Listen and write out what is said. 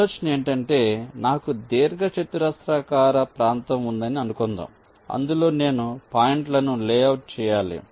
ఆలోచన ఏమిటంటే నాకు దీర్ఘచతురస్రాకార ప్రాంతం ఉందని అనుకుందాం అందులో నేను పాయింట్లను లేఅవుట్ చేయాలి